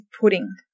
pudding